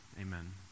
Amen